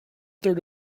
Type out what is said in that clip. third